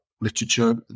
literature